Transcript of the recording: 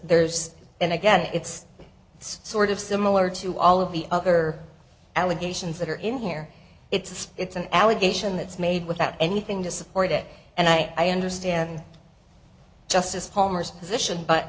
there's and again it's it's sort of similar to all of the other allegations that are in here it's it's an allegation that's made without anything to support it and i understand justice palmer's position but